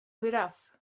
giraff